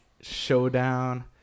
showdown